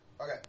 Okay